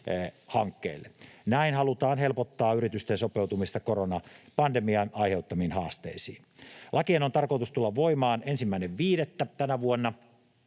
investointihankkeille. Näin halutaan helpottaa yritysten sopeutumista koronapandemian aiheuttamiin haasteisiin. Lakien on tarkoitus tulla voimaan 1.5. tänä vuonna.